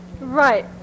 Right